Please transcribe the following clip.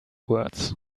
words